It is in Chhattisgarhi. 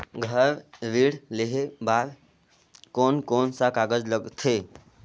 घर ऋण लेहे बार कोन कोन सा कागज लगथे?